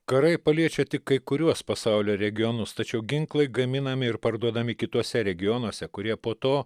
karai paliečia tik kai kuriuos pasaulio regionus tačiau ginklai gaminami ir parduodami kituose regionuose kurie po to